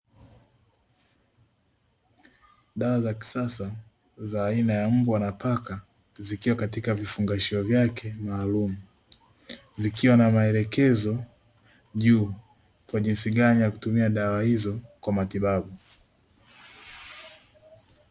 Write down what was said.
Dawa za kisasa za aina ya mbwa na paka zikiwa katika vifungashio vyake maalumu. Zikiwa na maelekezo juu kwa jinsi gani ya kutumia dawa hizo kwa matibabu.